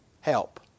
help